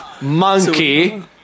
Monkey